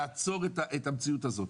לעצור את המציאות הזאת.